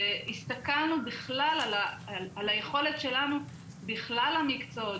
הסתכלנו בכלל על היכולת שלנו בכלל המקצועות,